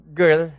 girl